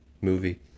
movie